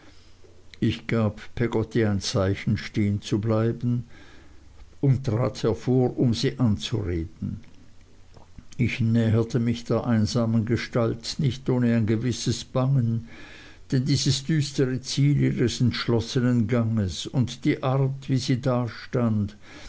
ich gab peggotty ein zeichen stehen zu bleiben und trat hervor um sie anzureden ich näherte mich der einsamen gestalt nicht ohne ein gewisses bangen denn dieses düstere ziel ihres entschlossenen ganges und die art wie sie dastand